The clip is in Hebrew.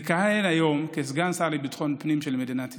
מכהן היום כסגן השר לביטחון הפנים של מדינת ישראל.